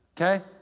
okay